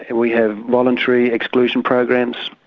and we have voluntary exclusion programs,